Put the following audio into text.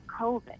COVID